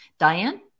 Diane